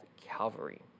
Calvary